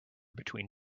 between